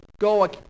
go